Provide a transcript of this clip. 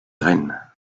graines